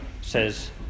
says